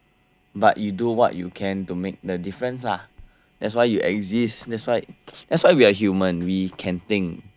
but you do what you can to make the difference lah that's why you exist that's why that's why we are human we can think